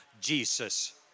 Jesus